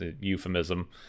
euphemism